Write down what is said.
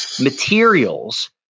materials